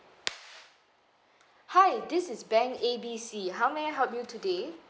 hi this is bank A B C how may I help you today